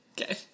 Okay